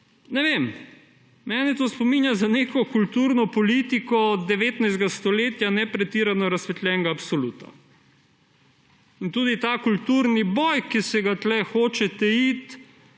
to vlado, mene spominja na neko kulturno politiko 19. stoletja ne pretirano razsvetljenega absoluta. Tudi ta kulturni boj, ki se ga tukaj hočete iti